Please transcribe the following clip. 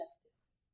justice